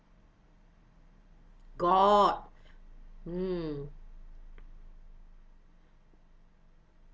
got mm